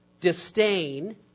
disdain